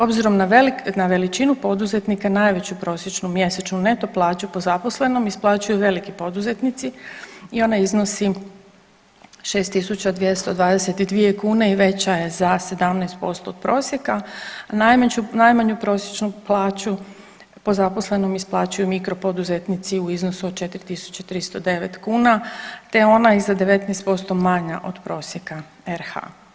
Obzirom na veličinu poduzetnika najveću prosječnu mjesečnu neto plaću po zaposlenom isplaćuju veliki poduzetnici i ona iznosi 6.222 kune i veća je za 17% od prosjeka, a najmanju prosječnu plaću po zaposlenom isplaćuju mikro poduzetnici u iznosu od 4.309 kuna te je ona za 19% manja od prosjeka RH.